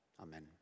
Amen